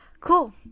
Cool